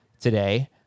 today